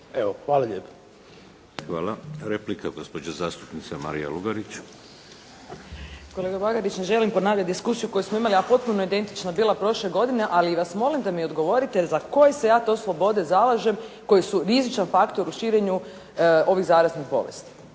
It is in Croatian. Vladimir (HDZ)** Hvala. Replika gospođa zastupnica Marija Lugarić. **Lugarić, Marija (SDP)** Kolega Bagarić, ne želim ponavljati diskusiju koju smo imali, a potpuno identična je bila prošle godine. Ali vas molim da mi odgovorite za koje se ja to slobode zalažem koje su rizičan faktor u širenju ovih zaraznih bolesti?